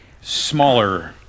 smaller